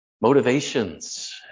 motivations